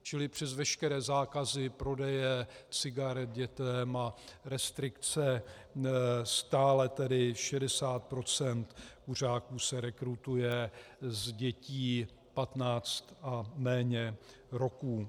Čili přes veškeré zákazy prodeje cigaret dětem a restrikce stále tedy 60 % kuřáků se rekrutuje z dětí patnáct a méně roků.